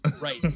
Right